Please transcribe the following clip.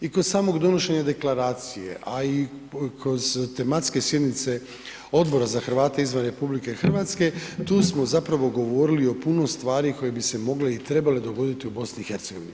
I kod samog donošenja deklaracije, a i kroz tematske sjednice Odbora za Hrvate izvan RH tu smo zapravo govorili o puno stvari koje bi se mogle i trebale dogoditi u BiH.